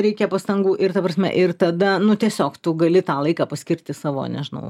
reikia pastangų ir ta prasme ir tada nu tiesiog tu gali tą laiką paskirti savo nežinau